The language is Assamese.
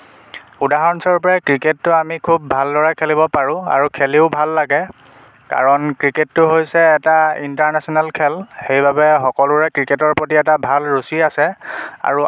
উদাহৰণস্বৰূপে ক্ৰিকেটটো আমি খুব ভালদৰে খেলিব পাৰো আৰু খেলিও ভাল লাগে কাৰণ ক্ৰিকেটটো হৈছে এটা ইন্টাৰনেচনেল খেল সেইবাবে সকলোৰে ক্ৰিকেটৰ প্ৰতি এটা ভাল ৰুচি আছে